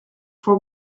for